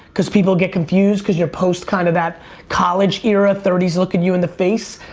cause people get confused cause you're post kind of that college era, thirty is looking you in the face.